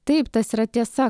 taip tas yra tiesa